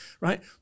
Right